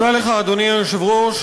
אדוני היושב-ראש,